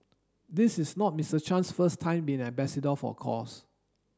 this is not Mister Chan's first time being an ambassador for a cause